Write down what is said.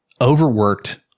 overworked